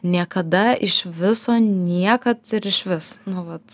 niekada iš viso niekad ir išvis nu vat